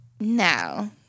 No